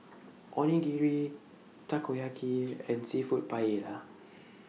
Onigiri Takoyaki and Seafood Paella